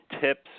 tips